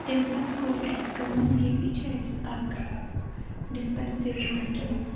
تمہِ پَتہٕ کوٚر اسہِ کٲم ییٚتہِ چھِ اسہِ اَکھ ڈِسپَنسٕری پٮ۪ٹھ